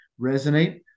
resonate